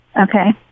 okay